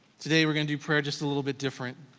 today we're gonna do prayer just a little bit different.